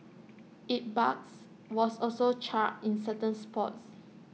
its barks was also charred in certain spots